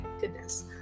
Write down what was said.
Goodness